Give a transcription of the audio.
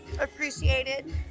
appreciated